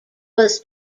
was